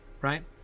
right